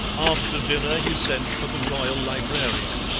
after dinner he sent for the royal librarian.